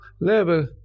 level